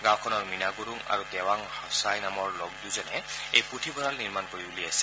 গাঁওখনৰ মিনা গুৰুং আৰু দেৱাং হ'ছাই নামৰ লোক দুজনে এই পুথিভঁৰাল নিৰ্মাণ কৰি উলিয়াইছে